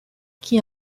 qui